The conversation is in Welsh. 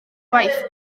gwaith